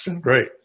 great